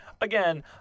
again